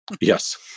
Yes